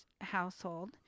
household